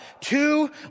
Two